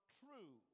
true